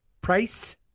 price